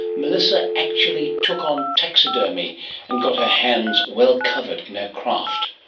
melissa actually took on taxidermy and got her hands well covered in her craft.